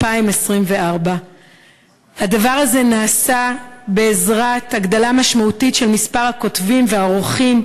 2024. הדבר הזה נעשה בעזרת הגדלה משמעותית של מספר הכותבים והעורכים,